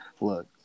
look